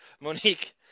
Monique